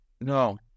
No